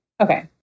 okay